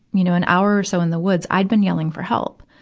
you know, and hour or so in the woods, i'd been yelling for help.